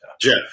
Jeff